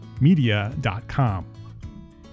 media.com